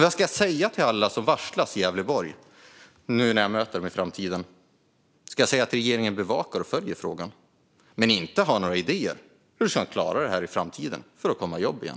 Vad ska jag säga till alla som varslas i Gävleborg, när jag möter dem i framtiden? Ska jag säga att regeringen bevakar och följer frågan men inte har några idéer om hur vi ska klara detta i framtiden så att de kan komma i jobb igen?